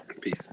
Peace